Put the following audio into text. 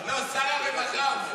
לא, שר הרווחה אומר.